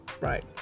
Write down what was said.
right